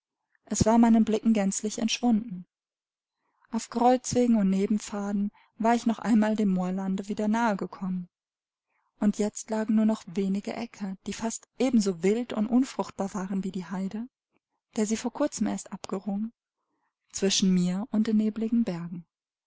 es war meinen blicken gänzlich entschwunden auf kreuzwegen und nebenpfaden war ich noch einmal dem moorlande wieder nahe gekommen und jetzt lagen nur noch wenige äcker die fast ebenso wild und unfruchtbar waren wie die haide der sie vor kurzem erst abgerungen zwischen mir und den nebeligen bergen